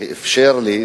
שאפשר לי,